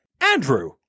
Andrew